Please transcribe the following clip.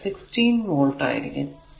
അത് 16 വോൾട് ആയിരിക്കും